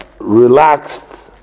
relaxed